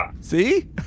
See